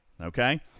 okay